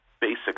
basic